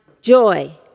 joy